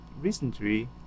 recently